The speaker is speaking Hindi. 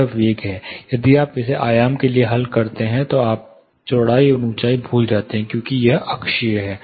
यह वेग है यदि आप इसे एक आयाम के लिए हल करते हैं तो आप चौड़ाई और ऊंचाई भूल जाते हैं क्योंकि यह अक्षीय है